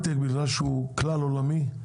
בגלל שההייטק הוא כלל עולמי,